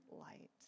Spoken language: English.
light